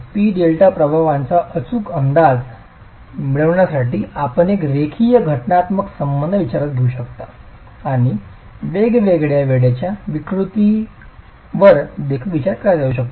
P delta प्रभावांचा अधिक अचूक अंदाज मिळविण्यासाठी आपण एक रेखीय घटकात्मक संबंध विचारात घेऊ शकता आणि वेगवेगळ्या वेळेच्या विकृतींवर देखील विचार केला जाऊ शकतो